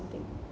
something